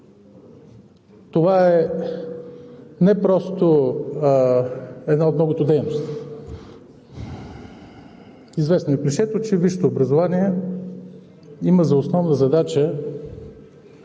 Това е не просто една от многото дейности. Известно е клишето, че висшето образование има за основна задача